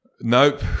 Nope